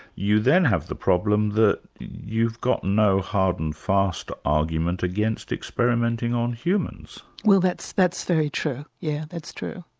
you then have the problem that you've got no hard and fast argument against experimenting on humans. well that's that's very true, yeah that's true,